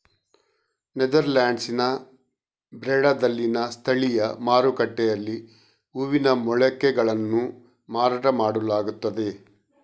ನೆದರ್ಲ್ಯಾಂಡ್ಸಿನ ಬ್ರೆಡಾದಲ್ಲಿನ ಸ್ಥಳೀಯ ಮಾರುಕಟ್ಟೆಯಲ್ಲಿ ಹೂವಿನ ಮೊಳಕೆಗಳನ್ನು ಮಾರಾಟ ಮಾಡಲಾಗುತ್ತದೆ